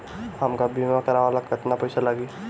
हमका बीमा करावे ला केतना पईसा लागी?